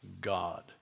God